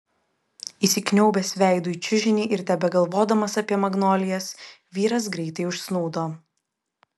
įsikniaubęs veidu į čiužinį ir tebegalvodamas apie magnolijas vyras greitai užsnūdo